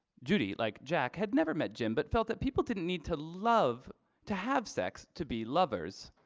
judy, like jack had never met jim but felt that people didn't need to love to have sex to be lovers.